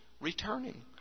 returning